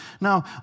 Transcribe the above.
Now